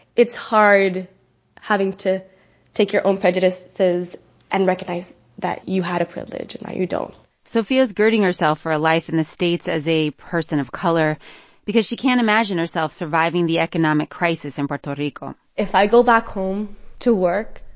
it's hard having to take your own prejudices and recognize that you had a privilege and now you don't sofia's girding herself for a life in the states as a person of color because she can't imagine herself surviving the economic crisis in puerto rico if i go back home to work,